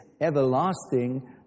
everlasting